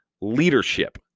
leadership